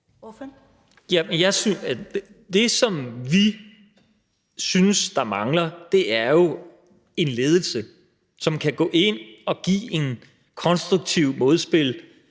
(V): Det, som vi synes mangler, er jo en ledelse, som kan gå ind og give et konstruktivt modspil,